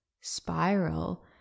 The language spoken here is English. spiral